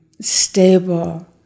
stable